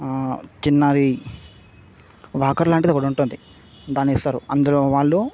చిన్నది వాకర్ లాంటిది ఒకటి ఉంటుంది దాన్ని ఇస్తారు అందులో వాళ్ళు